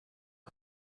hat